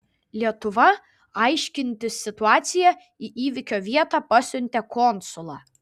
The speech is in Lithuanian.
lietuva aiškintis situaciją į įvykio vietą pasiuntė konsulą